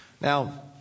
Now